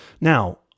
Now